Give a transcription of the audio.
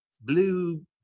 blue